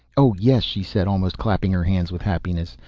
oh yes, she said, almost clapping her hands with happiness.